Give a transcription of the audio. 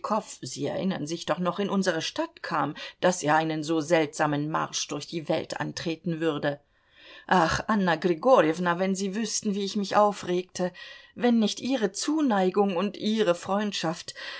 sie erinnern sich doch noch in unsere stadt kam daß er einen so seltsamen marsch durch die welt antreten würde ach anna grigorjewna wenn sie wüßten wie ich mich aufregte wenn nicht ihre zuneigung und ihre freundschaft